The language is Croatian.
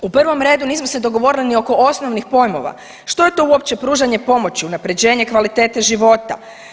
U prvom redu nismo se dogovorili ni oko osnovnih pojmova što je to uopće pružanje pomoći, unapređenje kvalitete života.